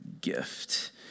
gift